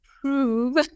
prove